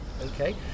Okay